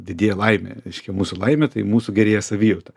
didėja laimė reiškia mūsų laimė tai mūsų gerėja savijauta